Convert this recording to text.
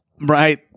Right